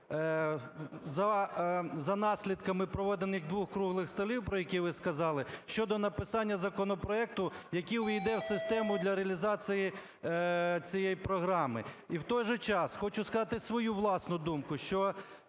за наслідками проведених двох круглих столів, про які ви сказали, щодо написання законопроекту, який увійде в систему для реалізації цієї програми? І в той же час хочу сказати свою власну думку, що